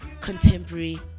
contemporary